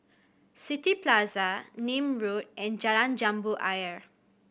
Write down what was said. City Plaza Nim Road and Jalan Jambu Ayer